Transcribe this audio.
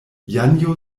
janjo